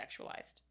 sexualized